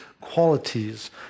qualities